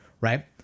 right